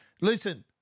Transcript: Listen